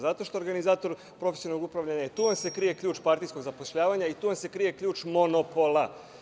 Zato što organizator profesionalnog upravljanja je tu, jer se krije ključ partijskog zapošljavanja i tu se krije ključ monopola.